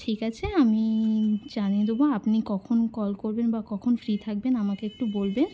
ঠিক আছে আমি জানিয়ে দোবো আপনি কখন কল করবেন বা কখন ফ্রি থাকবেন আমাকে একটু বলবেন